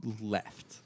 left